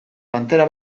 pantera